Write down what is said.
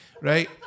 right